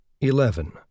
Eleven